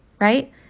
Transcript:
right